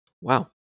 Wow